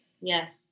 Yes